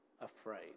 afraid